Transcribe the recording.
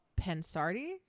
pensardi